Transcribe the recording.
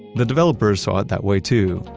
the developers saw it that way too.